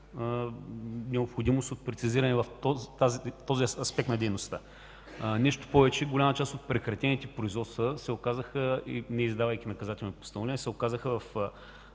необходимост от прецизиране на този аспект от дейността. Нещо повече, голяма част от прекратените производства, неиздадавайки наказателни постановления, се оказаха с